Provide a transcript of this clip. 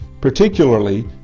Particularly